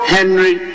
Henry